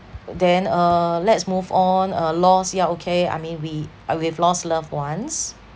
then uh let's move on uh lost yeah okay I mean we uh we've lost loved ones